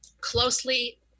closely